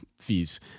fees